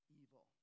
evil